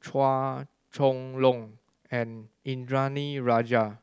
Chua Chong Long and Indranee Rajah